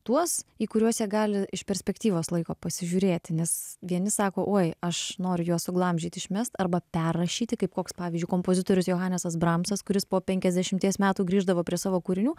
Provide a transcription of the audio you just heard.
tuos į kuriuos jie gali iš perspektyvos laiko pasižiūrėti nes vieni sako oi aš noriu juos suglamžyti išmesti arba perrašyti kaip koks pavyzdžiui kompozitorius jo adresas bramsas kuris po penkiasdešimties metų grįždavo prie savo kūrinių